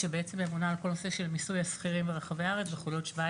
שממונה על כל נושא מיסוי השכירים ברחבי הארץ --- 17.